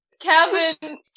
Kevin